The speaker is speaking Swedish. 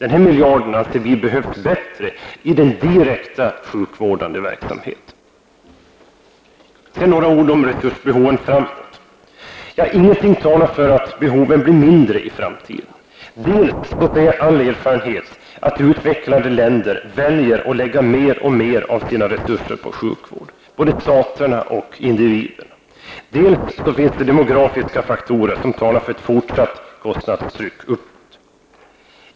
Vi anser att denna miljard behövs bättre i den direkta sjukvårdande verksamheten. Sedan några ord om resursbehoven framdeles. Ingenting talar för att behoven blir mindre i framtiden. Dels säger all erfarenhet att utvecklade länder väljer att lägga mer och mer av sina resurser på sjukvård. Det gäller både staterna och individerna. Dels finns det demografiska faktorer som talar för ett fortsatt kostnadstryck uppåt.